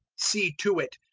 see to it,